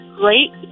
great